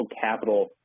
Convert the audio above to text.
capital